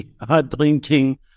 hard-drinking